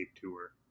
Tour